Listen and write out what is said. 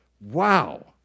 Wow